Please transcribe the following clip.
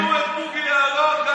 שדדו את בוגי יעלון,